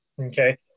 Okay